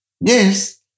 Yes